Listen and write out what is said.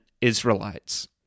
Israelites